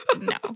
No